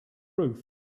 roof